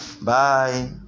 bye